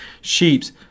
sheep's